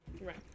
Right